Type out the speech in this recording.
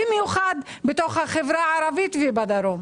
במיוחד בחברה הערבית ובדרום.